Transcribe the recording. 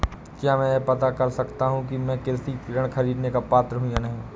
क्या मैं यह पता कर सकता हूँ कि मैं कृषि ऋण ख़रीदने का पात्र हूँ या नहीं?